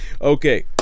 okay